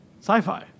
Sci-fi